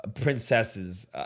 princesses